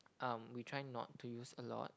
um we try not to use a lot